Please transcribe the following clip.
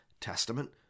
Testament